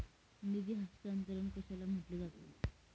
निधी हस्तांतरण कशाला म्हटले जाते?